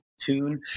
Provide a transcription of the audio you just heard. tune